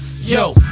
yo